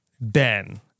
Ben